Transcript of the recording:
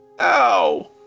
Ow